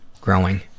growing